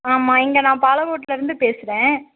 ஆமாம் இங்கே நான் பாலக்கோட்டில் இருந்து பேசுகிறேன்